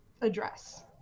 address